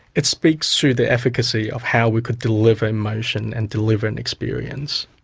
it speaks to the efficacy of how we could deliver emotion and deliver an experience.